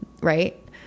Right